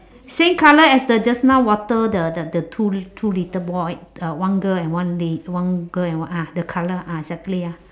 same colour as the just now water the the the two two little boy uh one girl and one lad~ one girl and one ah the colour ah exactly ah